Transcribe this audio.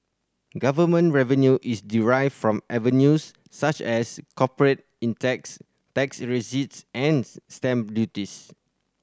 government revenue is derived from avenues such as corporate in tax tax receipts and stamp duties